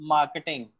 Marketing